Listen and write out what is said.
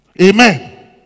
Amen